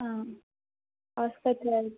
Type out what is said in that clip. ಹಾಂ ಆಸ್ಪತ್ರೆಯಲ್ಲಿ